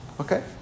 Okay